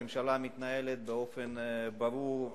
הממשלה מתנהלת באופן ברור,